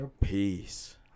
Peace